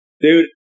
dude